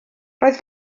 roedd